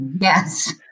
Yes